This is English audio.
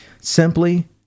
Simply